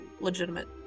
legitimate